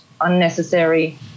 unnecessary